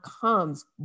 comes